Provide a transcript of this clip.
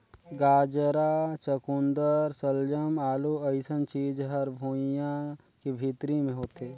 गाजरा, चकुंदर सलजम, आलू अइसन चीज हर भुइंयां के भीतरी मे होथे